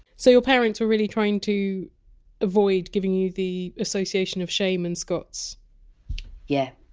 so your parents were really trying to avoid giving you the association of shame and scots yeah,